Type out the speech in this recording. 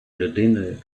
людиною